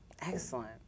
Excellent